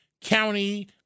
County